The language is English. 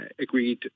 agreed